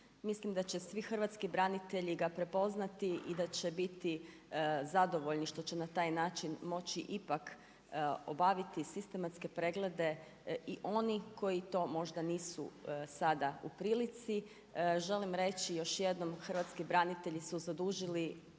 Mislim da će svi hrvatski branitelji ga prepoznati i da će biti zadovoljni što će na taj način moći ipak, obaviti sistematske preglede i oni koji to možda nisu sada u prilici. Želim reći još jednom, hrvatski branitelji su zadužili